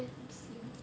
damn sian